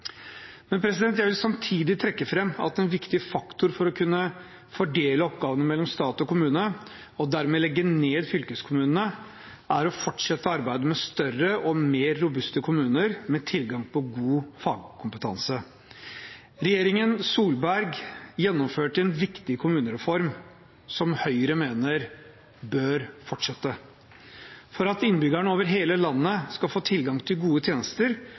Jeg vil samtidig trekke fram at en viktig faktor for å kunne fordele oppgavene mellom stat og kommune og dermed legge ned fylkeskommunene er å fortsette arbeidet med større og mer robuste kommuner med tilgang på god fagkompetanse. Regjeringen Solberg gjennomførte en viktig kommunereform, som Høyre mener bør fortsette. For at innbyggerne over hele landet skal få tilgang til gode tjenester,